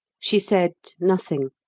she said nothing,